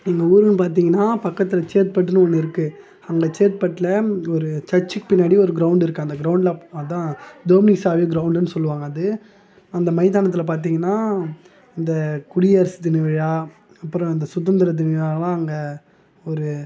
எங்கள் ஊருன்னு பார்த்தீங்கன்னா பக்கத்தில் சேத்துபட்டுனு ஒன்று இருக்குது அந்த சேத்துபட்டில் ஒரு சச்சிக்கு பின்னாடி ஒரு கிரௌண்டு இருக்குது அந்த கிரௌண்ட்டில் அதுதான் தோம்னிசாவி கிரௌண்டுனு சொல்லுவாங்கள் அது அந்த மைதானத்தில் பார்த்தீங்கனா இந்த குடியரசு தின விழா அப்புறம் அந்த சுதந்திர தினவிழாயெல்லாம் அங்கே ஒரு